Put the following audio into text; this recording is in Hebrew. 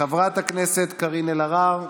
חברת הכנסת קארין אלהרר,